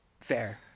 Fair